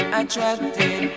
attracted